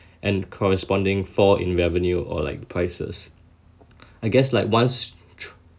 and corresponding fall in revenue or like prices I guess like once